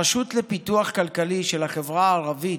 הרשות לפיתוח כלכלי של החברה הערבית,